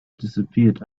stopped